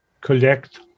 collect